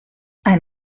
ein